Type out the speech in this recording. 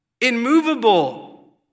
immovable